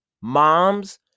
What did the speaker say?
Moms